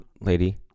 lady